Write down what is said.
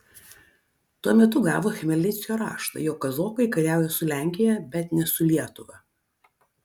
tuo metu gavo chmelnickio raštą jog kazokai kariauja su lenkija bet ne su lietuva